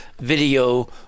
video